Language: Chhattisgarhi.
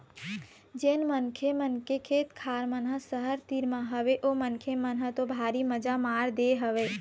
जेन मनखे मन के खेत खार मन ह सहर तीर म हवय ओ मनखे मन ह तो भारी मजा मार दे हवय